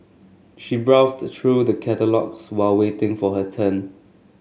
she browsed through the catalogues while waiting for her turn